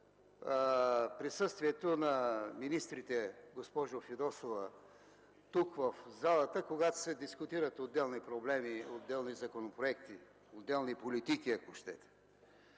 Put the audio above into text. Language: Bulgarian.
присъствието на министрите, госпожо Фидосова, тук в залата, когато се дискутират отделни проблеми, отделни законопроекти, отделни политики, ако щете.